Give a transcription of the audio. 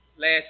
Last